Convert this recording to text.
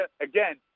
again